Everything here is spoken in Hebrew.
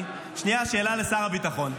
שנייה שאלה לשר הביטחון.